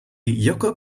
yoko